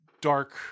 dark